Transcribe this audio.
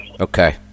Okay